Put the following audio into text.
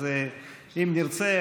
אז אם נרצה,